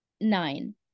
nine